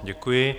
Děkuji.